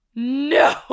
no